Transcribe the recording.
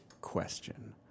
question